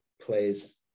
plays